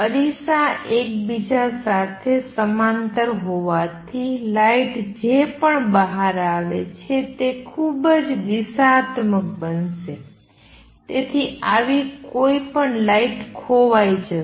અરીસા એકબીજા સાથે સમાંતર હોવાથી લાઇટ જે પણ બહાર આવે છે તે ખૂબ જ દિશાત્મક બનશે તેથી આવી કોઈ પણ લાઇટ ખોવાઈ જશે